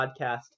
podcast